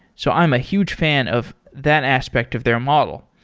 so i'm a huge fan of that aspect of their model.